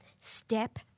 step